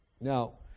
Now